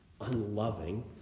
unloving